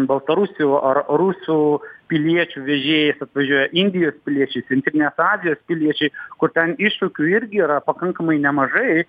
baltarusių ar rusų piliečių vežėjais atvažiuoja indijos piliečiai centrinės azijos piliečiai kur ten iššūkių irgi yra pakankamai nemažai